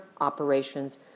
operations